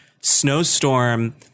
snowstorm